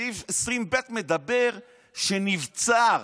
סעיף 20(ב) מדבר על מי שנבצר